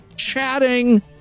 chatting